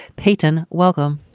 peyton, welcome.